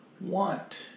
want